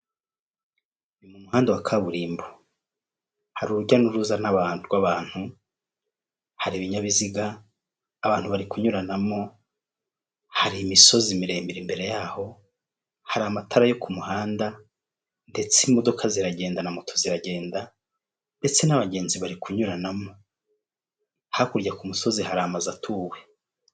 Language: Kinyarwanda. Ni mu muhanda wa kaburimbo, hari urujya n'uruza n'abantu , rw'abantu hari ibinyabiziga, abantu bari kunyuranamo hari imisozi miremire, imbere yaho hari amatara yo ku muhanda, ndetse imodoka ziragenda na moto ziragenda ndetse n'abagenzi bari kunyuranamo, hakurya musozi hari amazu atuwe.